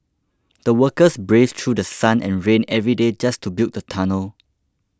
the workers braved through sun and rain every day just to build the tunnel